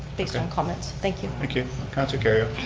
based on comments, thank you. thank you, councilor kerrio.